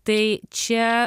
tai čia